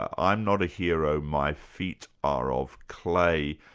i'm not a hero, my feet are of clay'.